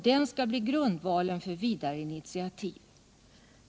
Den skall bli grundvalen för vidare initiativ.